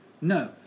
No